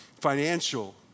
financial